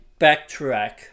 backtrack